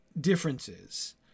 differences